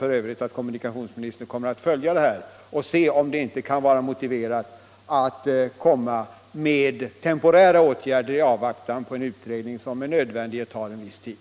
förvissad om =— att han följer den här frågan och ser efter om det inte är motiverat med temporära åtgärder i avvaktan på utredning som med nödvändighet tar en viss tid.